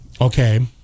Okay